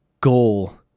goal